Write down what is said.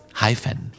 hyphen